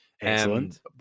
Excellent